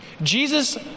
Jesus